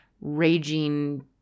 raging